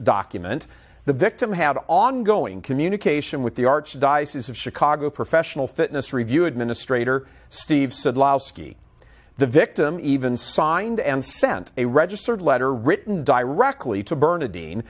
document the victim had ongoing communication with the archdiocese of chicago professional fitness review administrator steve said laski the victim even signed and sent a registered letter written directly to burn